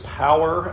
power